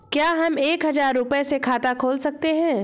क्या हम एक हजार रुपये से खाता खोल सकते हैं?